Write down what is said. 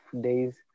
days